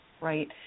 right